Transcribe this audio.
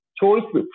choice